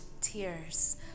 tears